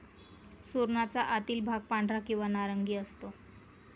सुरणाचा आतील भाग पांढरा किंवा नारंगी असतो